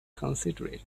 considerate